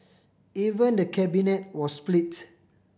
even the Cabinet was splits